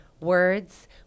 words